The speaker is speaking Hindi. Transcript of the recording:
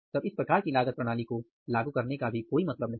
तब इस प्रकार की लागत प्रणाली को लागू करने का कोई भी मतलब नहीं है